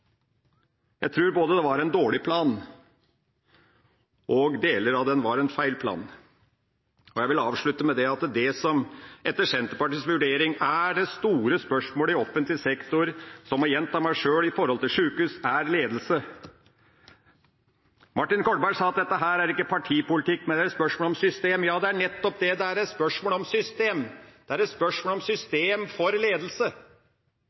Jeg tror det både var en dårlig plan, og at deler av den var feil. Jeg vil avslutte med at det som etter Senterpartiets vurdering er det store spørsmålet i offentlig sektor når det gjelder sjukehus – og her gjentar jeg meg sjøl – det er ledelse. Martin Kolberg sa at dette ikke er partipolitikk, men et spørsmål om system. Ja, det er nettopp det det er. Det er et spørsmål om system. Det er et spørsmål om system for ledelse.